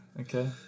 Okay